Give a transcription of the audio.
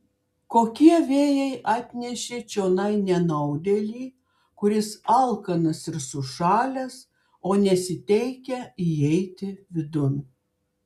kokie vėjai atnešė čionai nenaudėlį kuris alkanas ir sušalęs o nesiteikia įeiti vidun